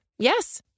Yes